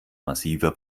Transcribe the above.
massiver